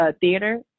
theater